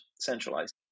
centralized